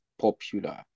popular